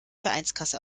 vereinskasse